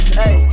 hey